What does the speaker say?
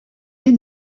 est